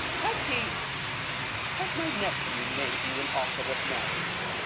has he has my nephew made you an offer of marriage?